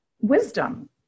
wisdom